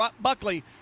Buckley